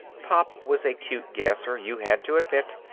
pop was a cute gasser, you had to admit.